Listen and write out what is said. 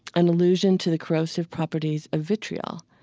an allusion to the corrosive properties of vitriol,